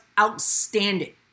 outstanding